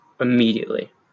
immediately